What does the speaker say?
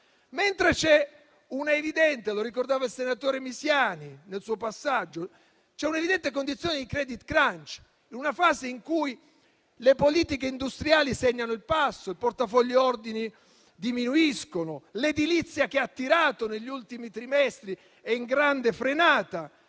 senatore Misiani nel suo passaggio - di *credit crunch*, una fase in cui le politiche industriali segnano il passo, il portafoglio ordini diminuisce, l'edilizia che ha tirato negli ultimi trimestri è in grande frenata,